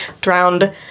drowned